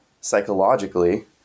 psychologically